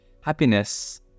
happiness